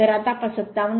तर आता 57